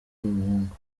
n’umuhungu